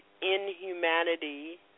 inhumanity